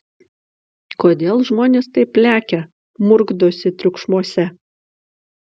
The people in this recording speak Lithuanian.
kodėl žmonės taip lekia murkdosi triukšmuose